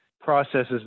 processes